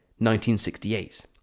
1968